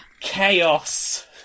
Chaos